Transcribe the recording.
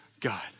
God